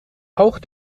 auch